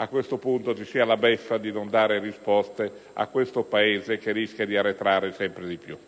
a questo punto ci sia la beffa della mancanza di risposte al Paese, che rischia di arretrare sempre di più.